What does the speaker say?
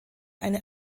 eine